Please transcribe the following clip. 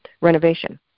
renovation